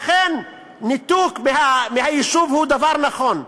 לכן ניתוק מהיישוב הוא דבר נכון.